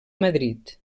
madrid